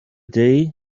day